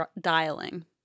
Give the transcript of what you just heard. dialing